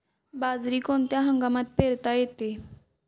बाजरी कोणत्या हंगामात पेरता येते?